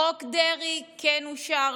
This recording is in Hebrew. חוק דרעי כן אושר,